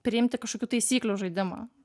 priimti kažkokių taisyklių žaidimo